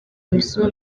nzu